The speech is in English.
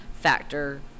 factor